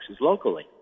locally